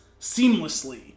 seamlessly